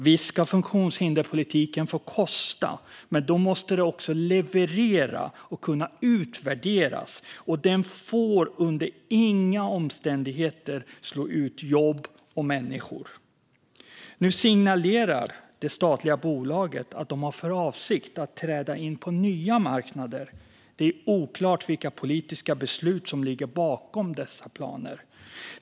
Visst ska funktionshinderspolitiken få kosta, men då måste den också leverera och kunna utvärderas. Den får under inga omständigheter slå ut jobb och människor. Nu signalerar det statliga bolaget att de har för avsikt att träda in på nya marknader. Det är oklart vilka politiska beslut som ligger bakom dessa planer.